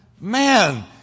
man